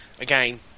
again